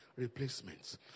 replacements